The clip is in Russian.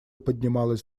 поднималась